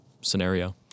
scenario